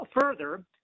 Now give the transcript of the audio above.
Further